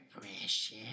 precious